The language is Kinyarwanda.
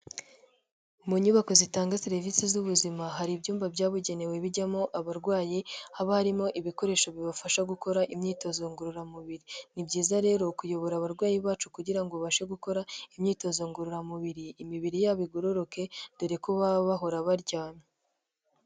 Mu nyubako zitanga serivisi z'ubuzima hari ibyumba byabugenewe bijyamo abarwayi haba harimo ibikoresho bibafasha gukora imyitozo ngororamubiri, ni byiza rero kuyobora abarwayi bacu kugira ngo ubashe gukora imyitozo ngororamubiri, imibiri yabo igororoke dore ko baba bahora baryamye.